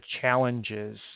challenges